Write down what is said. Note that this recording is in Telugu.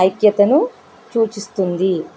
ఐక్యతను సూచిస్తుంది